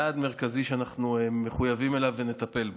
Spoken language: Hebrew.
יעד מרכזי שאנחנו מחויבים אליו ונטפל בו.